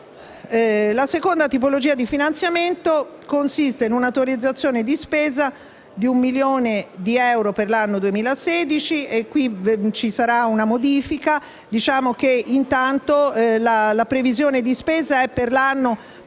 La seconda tipologia di finanziamento consiste in un'autorizzazione di spesa di un milione di euro per l'anno 2016. Qui ci sarà una modifica, perché la previsione di spesa era per l'anno 2016